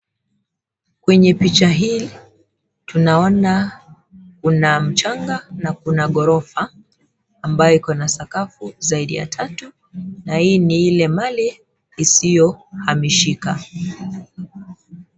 Kwenye picha hii, tunaona kuna mchanga na kuna ghorofa ambayo iko na sakafu zaidi ya tatu na hii ni mali isiyohamishika.